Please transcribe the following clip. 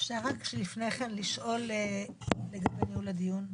אפשר לפני כן לשאול לגבי ניהול הדיון?